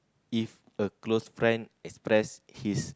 if a close friend express his